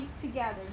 together